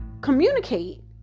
communicate